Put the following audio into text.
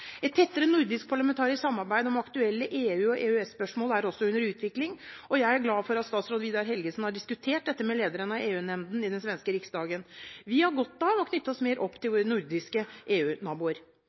Et tettere nordisk parlamentarisk samarbeid om aktuelle EU- og EØS-spørsmål er også under utvikling, og jeg er glad for at statsråd Vidar Helgesen har diskutert dette med lederen av EU-nemnden i den svenske Riksdagen. Vi har godt av å knytte oss mer opp til